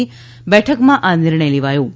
આ બેઠકમાં આ નિર્ણય લેવાયો હતો